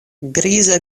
griza